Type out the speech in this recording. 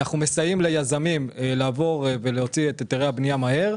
אנחנו מסייעים ליזמים להוציא את היתרי הבנייה מהר.